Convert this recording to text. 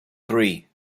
three